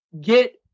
get